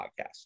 Podcast